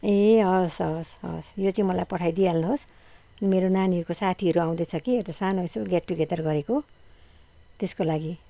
ए हवस् हवस् हवस् यो चाहिँ मलाई पठाइ दिइहाल्नु होस् मेरो नानीहरूको साथिहरू आउँदै छ कि अन्त सानो यसो गेट टुगेदर गरेको त्यसको लागि